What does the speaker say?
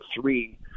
three